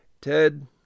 Ted